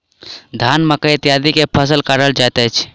धान, मकई इत्यादि के फसिल काटल जाइत अछि